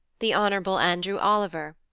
the hon. andrew oliver,